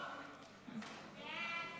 בעד.